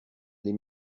les